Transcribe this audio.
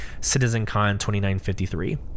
CitizenCon2953